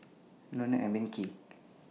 Lona and Becky